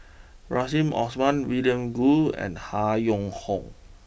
Rahim Omar William Goode and Han Yong Hong